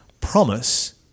promise